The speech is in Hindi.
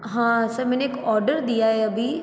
हाँ सर मैंने एक ऑर्डर दिया है अभी